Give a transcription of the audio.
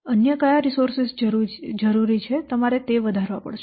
તેથી અન્ય કયા રિસોર્સસ જરૂરી છે તમારે તે વધારવા પડશે